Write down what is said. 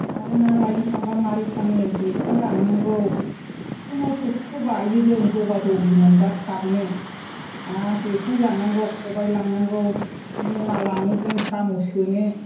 आरो ना लायनो थांबा माबोरै थाङो जेखाइ लांनांगौ बिखुङाव थोरसिखौ बायो जों दबा दबि मोनबा सारनो आरो जेखाइ लांनांगौ खबाइ लांनांगौ मना लाङो जों साम' सोनो